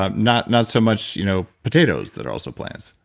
um not not so much you know potatoes that are also plants.